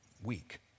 week